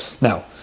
Now